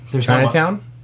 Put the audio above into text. Chinatown